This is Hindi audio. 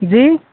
जी